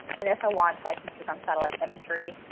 and if i want to i can click on satellite imagery,